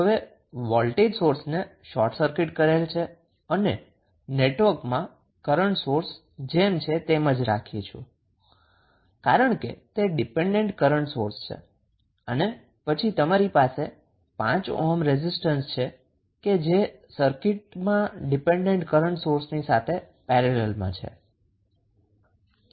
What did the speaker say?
તો હવે વોલ્ટેજ સોર્સને શોર્ટ સર્કિટ કરેલ છે અને નેટવર્કમાં કરન્ટ સોર્સ જેમ છે તેમ જ રાખીએ છીએ કારણ કે તે ડિપેન્ડન્ટ કરન્ટ સોર્સ છે અને પછી તમારી પાસે 5 ઓહ્મ રેઝિસ્ટન્સ છે કે જે સર્કિટમાં ડિપેન્ડન્ટ કરન્ટ સોર્સની પેરેલલમાં છે